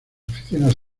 oficinas